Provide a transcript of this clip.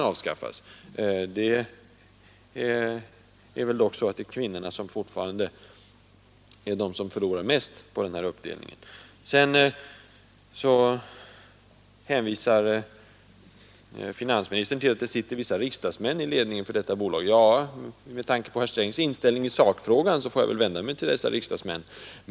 Kvinnorna är dock fortfarande de som förlorar mest på den här uppdelningen Sedan hänvisar finansministern till att det sitter vissa riksdagsmän i ledningen för detta bolag. Med tanke på herr Strängs inställning i sakfrågan får jag väl vända mig till dessa riksdagsmän.